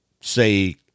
say